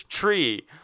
tree